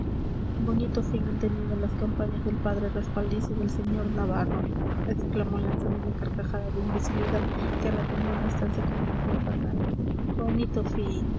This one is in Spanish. bonito fin han tenido las campañas del padre respaldiza y del sr navarro exclamó lanzando una carcajada de imbecilidad que retumbó en la estancia como un eco infernal bonito fin